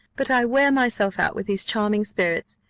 but i wear myself out with these charming spirits.